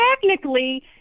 technically